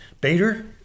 Bader